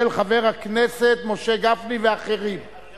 של חבר הכנסת משה גפני ואחרים.